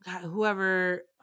whoever